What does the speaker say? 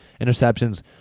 interceptions